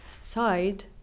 side